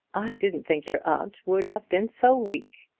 i didn't think your aunt would have been so weak.